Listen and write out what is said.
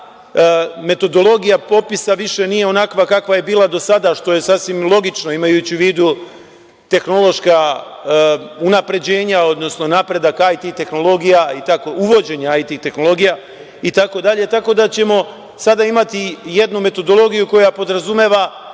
metodologija popisa više nije onakva kakva je bila do sada, što je sasvim logično imajući u vidu tehnološka unapređenja, odnosno napredak IT tehnologije, uvođenje IT tehnologija. Tako da ćemo sada imati jednu metodologiju koja podrazumeva